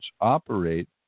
operate